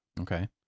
Okay